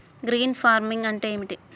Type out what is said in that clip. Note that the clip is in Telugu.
గ్రీన్ ఫార్మింగ్ అంటే ఏమిటి?